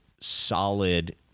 solid